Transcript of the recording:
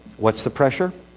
what's the pressure?